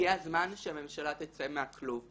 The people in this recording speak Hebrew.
הגיע הזמן שהממשלה תצא מהכלוב.